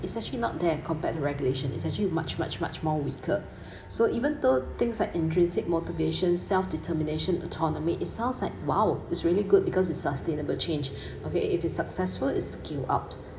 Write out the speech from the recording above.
it's actually not there compared to regulation it's actually much much much more weaker so even though things like intrinsic motivation self determination autonomy it sounds like !wow! it's really good because it's sustainable change okay if it's successful it scale up